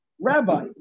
Rabbi